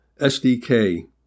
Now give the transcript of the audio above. SDK